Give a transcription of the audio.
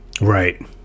right